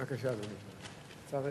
בבקשה, אדוני.